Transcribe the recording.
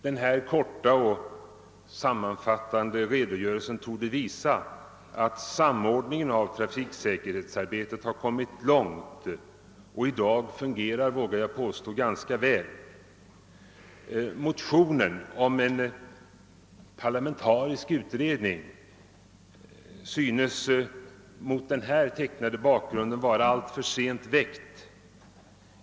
Denna korta och sammanfattande redogörelse torde visa att samordningen av trafiksäkerhetsarbetet har kommit långt och i dag fungerar — vågar jag påstå — ganska väl. Motionen oin en parlamentarisk utredning synes mot den här tecknade bakgrunden vara alltför sent väckt.